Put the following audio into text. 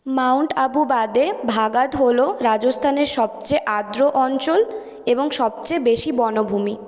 Mount Abu বাদে ভাগাদ হলো রাজস্থানের সবচেয়ে আর্দ্র অঞ্চল এবং সবচেয়ে বেশি বনভূমি